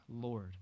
Lord